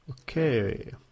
Okay